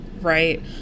Right